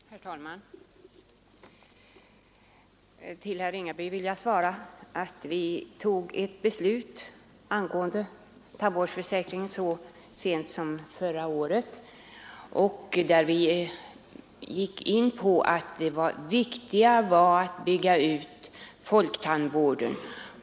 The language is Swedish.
Herr talman! Till herr Ringaby vill jag säga att vi tog ett beslut angående tandvårdsförsäkringen så sent som förra året, då vi gick in för att det viktiga var att bygga ut folktandvården.